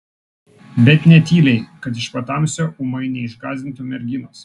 bet ne tyliai kad iš patamsio ūmai neišgąsdintų merginos